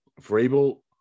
Vrabel